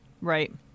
Right